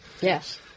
Yes